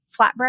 flatbread